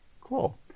Cool